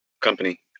company